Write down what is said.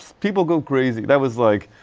people go crazy that was like.